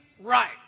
right